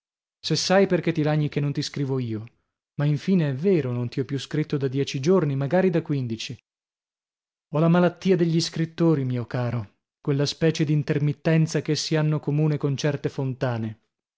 se sai perchè ti lagni che non ti scrivo io ma infine è vero non ti ho più scritto da dieci giorni magari da quindici ho la malattia degli scrittori mio caro quella specie d'intermittenza ch'essi hanno comune con certe fontane